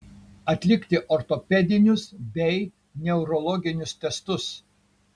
atlikti ortopedinius bei neurologinius testus